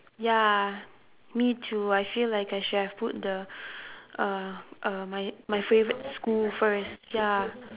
ya me too I feel like I should have put the uh uh my my favourite school first ya